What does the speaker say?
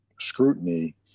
scrutiny